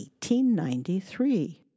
1893